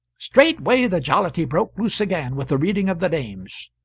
straightway the jollity broke loose again with the reading of the names.